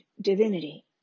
divinity